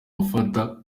bafata